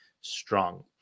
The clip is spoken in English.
strong